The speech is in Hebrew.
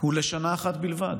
הוא לשנה אחת בלבד.